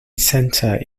centre